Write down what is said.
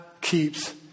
keeps